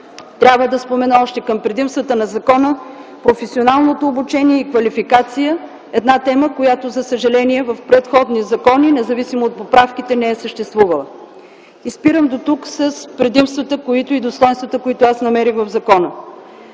трябва да спомена още и професионалното обучение и квалификация – една тема, която за съжаление в предходни закони, независимо от поправките, не е съществувала. И спирам дотук с предимствата и достойнствата, които аз намерих в закона.